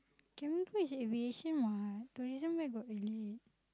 cabin crew aviation what donation where got they need